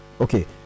Okay